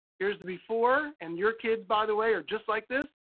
here's the before, and your kids, by the way, are just like this.